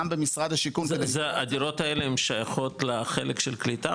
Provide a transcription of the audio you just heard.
גם במשרד השיכון --- הדירות האלה הן שייכות לחלק של קליטה,